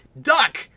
Duck